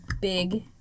Big